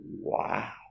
Wow